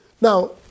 Now